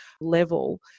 level